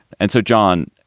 and so, john.